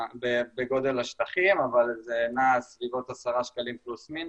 בגודל השטחים אבל זה נע בסביבות 10 שקלים פלוס מינוס,